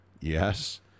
Yes